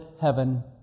heaven